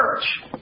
church